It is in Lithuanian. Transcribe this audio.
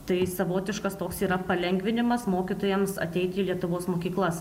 tai savotiškas toks yra palengvinimas mokytojams ateiti į lietuvos mokyklas